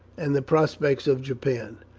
and the prospects of japan.